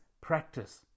practice